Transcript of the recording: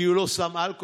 כי הוא לא שם אלכוג'ל,